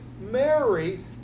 Mary